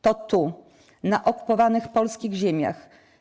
To tu, na okupowanych polskich ziemiach,